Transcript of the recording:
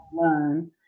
learn